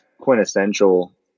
quintessential